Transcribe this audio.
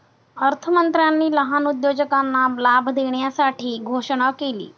अर्थमंत्र्यांनी लहान उद्योजकांना लाभ देण्यासाठी घोषणा केली